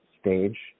stage